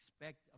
Expect